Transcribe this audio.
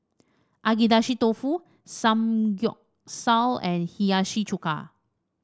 Agedashi Dofu Samgeyopsal and Hiyashi Chuka